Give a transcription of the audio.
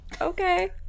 Okay